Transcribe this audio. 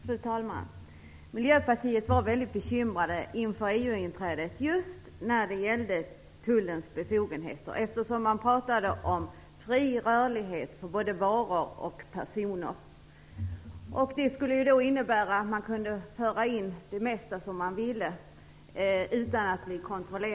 Fru talman! Miljöpartiet var inför EU-inträdet mycket bekymrat just i frågan om tullens befogenheter. Man talade om fri rörlighet för både varor och personer, och det skulle innebära att det mesta som man önskade föra in skulle kunna tas in utan kontroll.